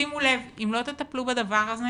שימו לב, אם לא תטפלו בדבר הזה